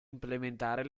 implementare